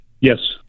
Yes